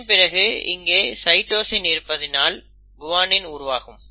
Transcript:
இதன் பிறகு இங்கே சைட்டோசின் இருப்பதால் குவானின் உருவாகும்